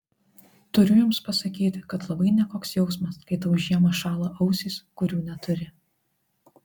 turiu jums pasakyti kad labai nekoks jausmas kai tau žiemą šąla ausys kurių neturi